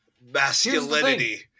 masculinity